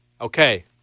Okay